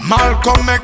Malcolm